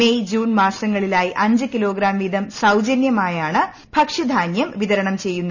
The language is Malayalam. മേയ് ജൂൺ മാസങ്ങളിലായി അഞ്ച് കിലോഗ്രാം വീതം സൌജനൃമായാണ് ഭക്ഷ്യധാനൃം വിതരണം ചെയ്യുന്നത്